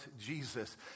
Jesus